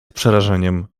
przerażeniem